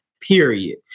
period